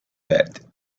that